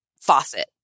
faucet